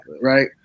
right